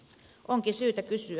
onkin syytä kysyä